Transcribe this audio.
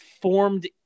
formed